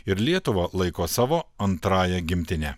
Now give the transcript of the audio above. ir lietuvą laiko savo antrąja gimtine